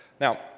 Now